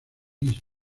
istmo